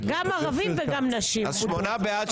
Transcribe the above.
6 8 בעד,